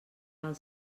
del